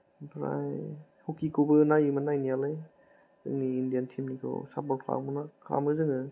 ओमफ्राय हकिखौबो नायोमोन नायनायालाय जोंनि इण्डिया टीमनिखौ सापर्त खालामो जोङो